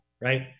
right